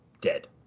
dead